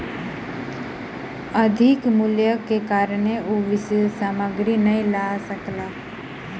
अधिक मूल्यक कारणेँ ओ सामग्री नै लअ सकला